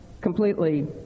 completely